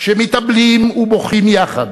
מתאבלים ובוכים יחד